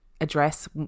address